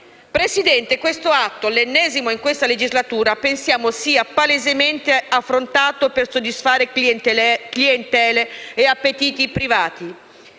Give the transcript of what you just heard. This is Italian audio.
privato. Questo atto, l'ennesimo in questa legislatura, pensiamo sia palesemente affrontato per soddisfare clientele e appetiti privati.